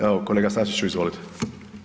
Evo kolega Sačiću, izvolite.